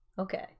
Okay